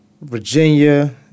Virginia